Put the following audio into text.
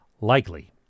likely